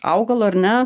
augalo ar ne